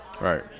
Right